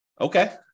Okay